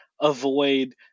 avoid